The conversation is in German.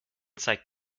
zeigt